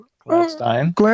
Gladstein